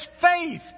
faith